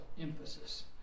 emphasis